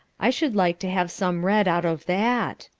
i should like to have some read out of that.